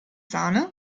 sahne